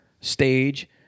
stage